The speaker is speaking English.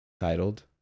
Titled